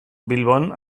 bilbon